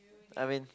I mean